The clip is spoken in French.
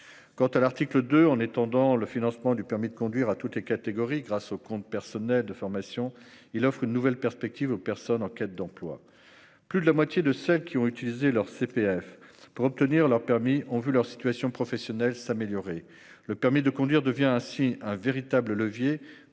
d'examen. L'article 2, en étendant le financement du permis de conduire à toutes les catégories grâce au compte personnel de formation, offre une nouvelle perspective aux personnes en quête d'emploi. Plus de la moitié de celles qui ont utilisé leur CPF pour obtenir leur permis ont vu leur situation professionnelle s'améliorer. Le permis de conduire est un véritable levier pour redonner confiance